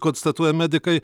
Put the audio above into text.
konstatuoja medikai